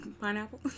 Pineapple